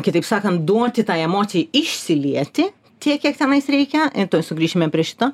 kitaip sakant duoti tai emocijai išsilieti tiek kiek tenais reikia tuoj sugrįšime prie šito